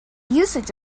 usage